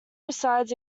resides